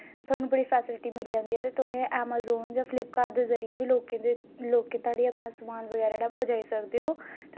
थोआनू बड़ी फैसिलिटी मिली जंदी ऐ ते तुसें ऐमाजोन जां फ्लिपकार्ट दे जरिए बी लोकें धोड़ी अपना समान बगैरा जेह्ड़ा पज़ाई सकदे ओ